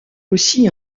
aussi